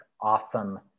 awesome